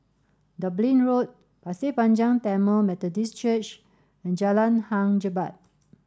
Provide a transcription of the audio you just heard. Dublin Road Pasir Panjang Tamil Methodist Church and Jalan Hang Jebat